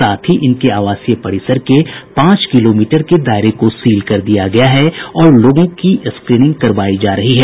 साथ ही इनके आवासीय परिसर के पांच किलोमीटर के दायरे को सील कर दिया गया है और लोगों की स्क्रीनिंग की जा रही है